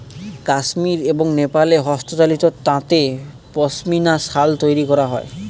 কাশ্মির এবং নেপালে হস্তচালিত তাঁতে পশমিনা শাল তৈরী করা হয়